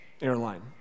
Airline